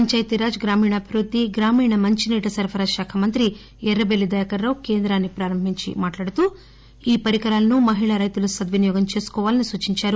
పంచాయతీ రాజ్ గ్రామీణాభివృద్ది గ్రామీణ మంచి నీటి సరఫరా శాఖ మంత్రి ఎర్రబెల్లి దయాకర్ రావు కేంద్రాన్ని ప్రారంభించి మాట్లాడుతూ ఈ పరికరాలను మహిళా రైతులు సద్వినియోగం చేసుకోవాలని సూచించారు